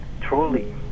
truly